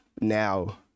now